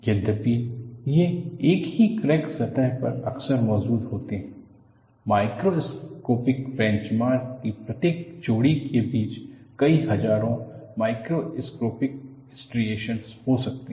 यद्यपि वे एक ही क्रैक सतह पर अक्सर मौजूद होते हैं मैक्रोस्कोपिक बेंचमार्क की प्रत्येक जोड़ी के बीच कई हजारों माइक्रोस्कोपिक स्ट्रिएशनस हो सकते हैं